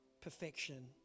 Perfection